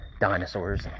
dinosaurs